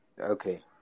Okay